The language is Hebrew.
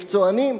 מקצוענים.